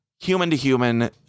human-to-human